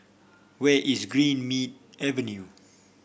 where is Greenmead Avenue